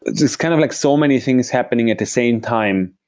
there's kind of like so many things happening at the same time.